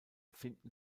finden